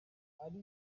ari